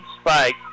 spike